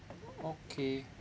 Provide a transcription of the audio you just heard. okay